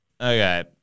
Okay